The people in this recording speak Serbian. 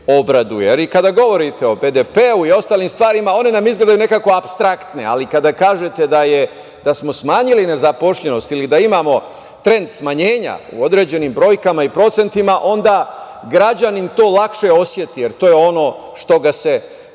obraduje. Kada govorite o BDP-u i ostalim stvarima, one nam izgledaju nekako apstraktne, ali kada kažete da smo smanjili nezaposlenost ili da imamo trend smanjenja u određenim brojkama i procentima onda građanin to lakše oseti, jer to je ono što ga se